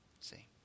See